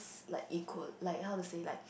like equal like how to say like